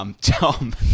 Tom